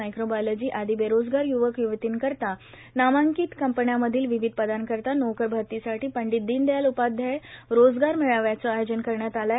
microbiology आदी बेरोजगार य्वक य्वतींकरिता नामांकीत कंपन्यामधील विविध पदांकरिता नोकरभरतीसाठी पंडित दीनदयाल उपाध्याय रोजगार मेळाव्याचं आयोजन करण्यात आले आहे